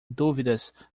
dúvidas